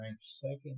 second